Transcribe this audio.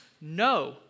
No